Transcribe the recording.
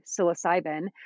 psilocybin